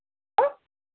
હઁ